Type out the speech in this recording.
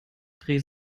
dreh